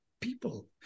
people